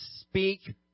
speak